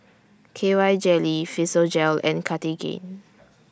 K Y Jelly Physiogel and Cartigain